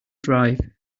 drive